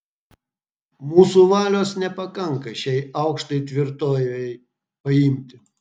mūsų valios nepakanka šiai aukštai tvirtovei paimti